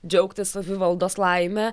džiaugtis savivaldos laime